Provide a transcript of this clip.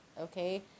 okay